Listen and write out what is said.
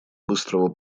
быстрого